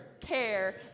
care